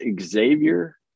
Xavier